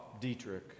Dietrich